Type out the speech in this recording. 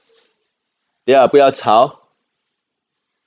dear ah 不要吵